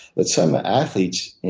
but some athletes, you